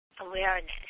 Awareness